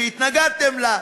שהתנגדתם לה,